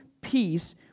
peace